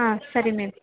ಹಾಂ ಸರಿ ಮೇಮ್